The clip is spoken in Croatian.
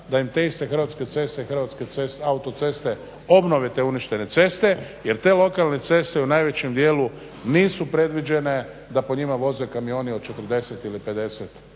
da im te iste Hrvatske ceste i Hrvatske autoceste obnove te uništene ceste jer te lokalne ceste u najvećem dijelu nisu predviđene da po njima voze kamioni od 40 ili 50